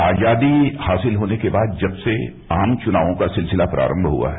आजादी हासिल होने के बाद जब से आम चुनावों का सिलसिला प्रारम्भ हुआ है